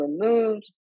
removed